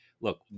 look